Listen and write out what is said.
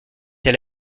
elle